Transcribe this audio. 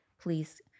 Please